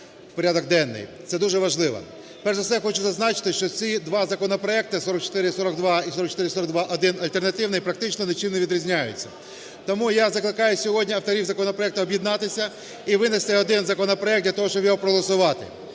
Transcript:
Це дуже важливо. Перш за все я хочу зазначити, що ці два законопроекти 4442 і 4442-1 (альтернативний) практично нічим не відрізняються. Тому я закликаю сьогодні авторів законопроектів об'єднатися і винести один законопроект для того, щоб його проголосувати.